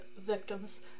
victims